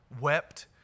wept